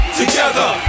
together